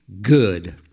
good